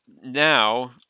now